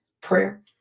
Prayer